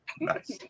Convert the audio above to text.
Nice